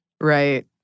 Right